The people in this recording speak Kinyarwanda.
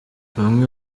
bamwe